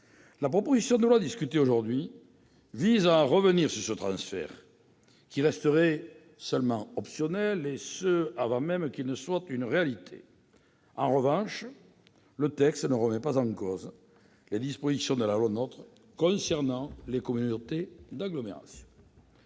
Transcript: La proposition de loi discutée aujourd'hui vise à revenir sur ce transfert, qui resterait seulement optionnel. En revanche, le texte ne remet pas en cause les dispositions de la loi NOTRe concernant les communautés d'agglomération.